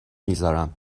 میذارم